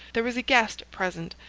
there was a guest present,